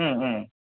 Om Om